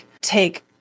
take